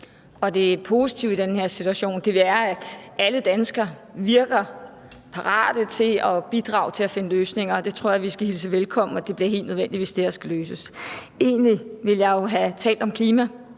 Det positive i den her situation er, at alle danskere virker parate til at bidrage til at finde løsninger. Det tror jeg vi skal hilse velkommen, og det bliver helt nødvendigt, hvis det her skal løses. Egentlig ville jeg jo have talt om klima,